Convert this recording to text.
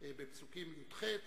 בפסוקים י"ח,